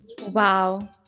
Wow